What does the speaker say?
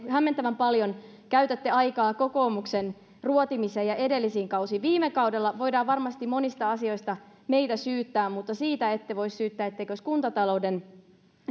hämmentävän paljon käytätte aikaa kokoomuksen ruotimiseen ja edellisiin kausiin viime kaudelta voidaan varmasti monista asioista meitä syyttää mutta siitä ette voi syyttää etteikö olisi kuntatalouden